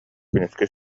күнүскү